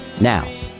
Now